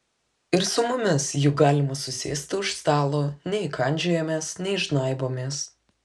ir su mumis juk galima susėsti už stalo nei kandžiojamės nei žnaibomės